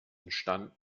entstanden